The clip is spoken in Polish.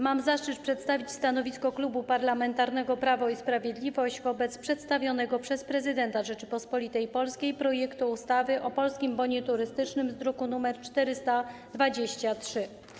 Mam zaszczyt przedstawić stanowisko Klubu Parlamentarnego Prawo i Sprawiedliwość wobec przedstawionego przez prezydenta Rzeczypospolitej Polskiej projektu ustawy o Polskim Bonie Turystycznym z druku nr 423.